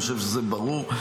ואני חושב שזה ברור.